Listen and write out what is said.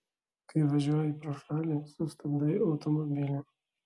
kai važiuoji pro šalį sustabdai automobilį